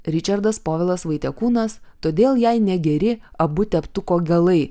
ričardas povilas vaitiekūnas todėl jai negeri abu teptuko galai